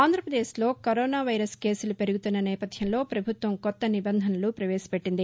ఆంధ్రప్రదేశ్లో కరోనా కేసులు పెరుగుతున్న నేపథ్యంలో ప్రభుత్వం కొత్త నిబంధన ప్రవేశపెట్టింది